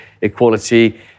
equality